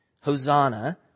Hosanna